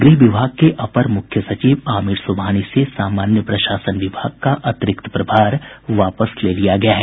गृह विभाग के अपर मुख्य सचिव आमिर सुबहानी से सामान्य प्रशासन विभाग का अतिरिक्त प्रभार वापस ले लिया गया है